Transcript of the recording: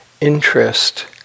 interest